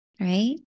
right